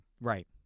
Right